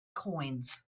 coins